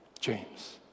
James